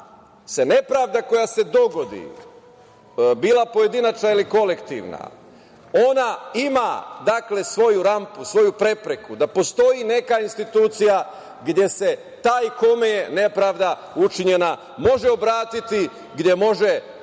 se nepravda koja se dogodi, bila pojedinačna ili kolektivna, ona ima svoju rampu, svoju prepreku, da postoji neka institucija gde se taj kome je nepravda učinjena može obratiti, gde može